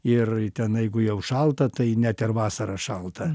ir tenai jeigu jau šalta tai net ir vasarą šalta